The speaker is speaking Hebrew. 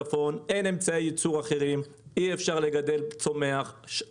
הסמכות לקבוע שאי אפשר לאכלס לול בגלל תקנות שירותים